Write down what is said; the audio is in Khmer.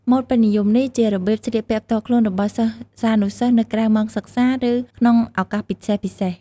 ម៉ូដពេញនិយមនេះ ជារបៀបស្លៀកពាក់ផ្ទាល់ខ្លួនរបស់សិស្សានុសិស្សនៅក្រៅម៉ោងសិក្សា ឬក្នុងឱកាសពិសេសៗ។